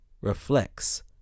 reflects